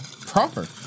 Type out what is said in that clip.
Proper